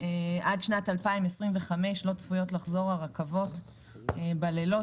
עד שנת 2025 לא צפויות לחזור הרכבות בלילות,